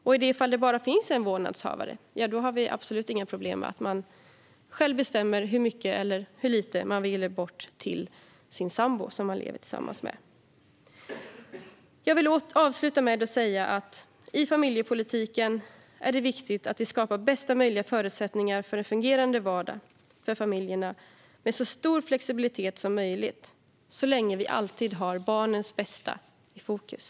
I de fall som det bara finns en vårdnadshavare har vi absolut inga problem med att man själv bestämmer hur mycket eller hur lite man vill ge bort till sin sambo. Jag vill avsluta med att säga att det i familjepolitiken är viktigt att vi skapar bästa möjliga förutsättningar för en fungerande vardag för familjerna med så stor flexibilitet som möjligt så länge vi alltid har barnens bästa i fokus.